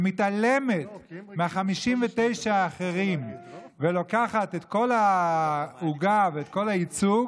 ומתעלמת מה-59 האחרים ולוקחת את כל העוגה ואת כל הייצוג,